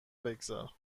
بگذار